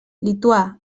lituà